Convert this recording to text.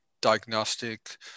diagnostic